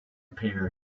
appeared